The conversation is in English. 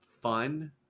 fun